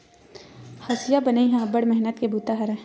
हँसिया बनई ह अब्बड़ मेहनत के बूता हरय